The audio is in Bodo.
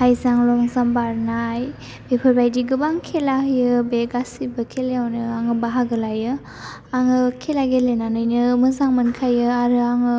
हाइजाम्प लंजाम्प बारनाय बेफोरबायदि गोबां खेला होयो बे गासिबो खेलायाव आङो बाहागो लायो आङो खेला गेलेनानैनो मोजां मोनखायो आरो आङो